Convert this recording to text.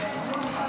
נתקבל.